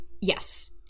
yes